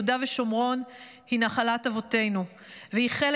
יהודה ושומרון היא נחלת אבותינו והיא חלק